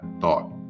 thought